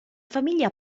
famiglia